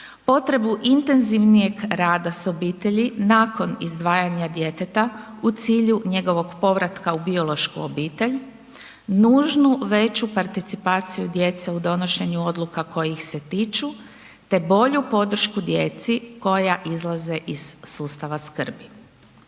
potrebu intenzivnijeg rada sa obitelji nakon izdvajanja djeteta u cilju njegovog povratka u biološku obitelj, nužnu veću participaciju djece u donošenju odluka koje ih se tiču te bolju podršku djeci koja izlaze iz sustava skrbi.